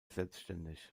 selbständig